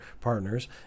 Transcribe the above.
partners